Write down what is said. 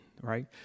right